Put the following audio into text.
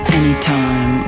anytime